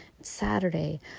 Saturday